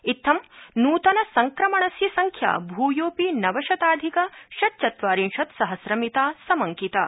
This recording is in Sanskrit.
इत्थं नूतन संक्रमणस्य संख्या भूयोपि नवशताधिक षट चत्वारिंशत् सहस्रमिता समंकिता